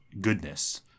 goodness